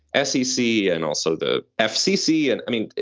ah fcc and also the ah fcc. and i mean,